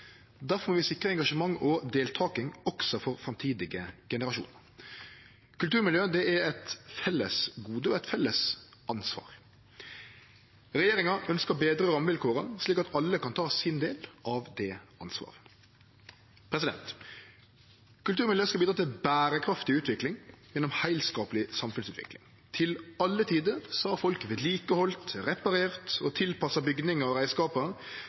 må vi sikre engasjement og deltaking også for framtidige generasjonar. Kulturmiljø er eit felles gode og eit felles ansvar. Regjeringa ønskjer å betre rammevilkåra, slik at alle kan ta sin del av det ansvaret. Kulturmiljø skal bidra til berekraftig utvikling gjennom heilskapleg samfunnsutvikling. Til alle tider har folk halde ved like, reparert og tilpassa bygningar og